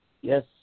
Yes